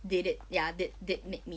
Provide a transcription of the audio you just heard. they did ya did did make me like